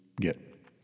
get